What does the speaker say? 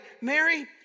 Mary